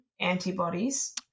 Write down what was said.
antibodies